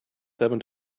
seven